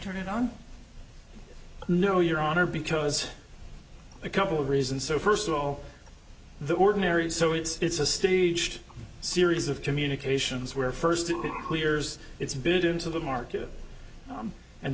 turn it on no your honor because a couple of reasons so first of all the ordinary so it's a staged series of communications where first it clears it's built into the market